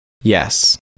Yes